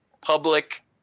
public